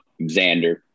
Xander